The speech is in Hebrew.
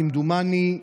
כמדומני,